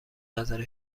نظر